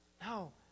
No